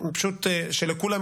ובראשם לראש הממשלה: מוטלת עליכם החובה